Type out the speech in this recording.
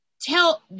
tell